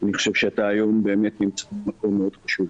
אני חושב שאתה היום נמצא במקום באמת חשוב.